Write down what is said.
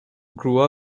grew